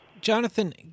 Jonathan